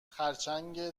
خرچنگ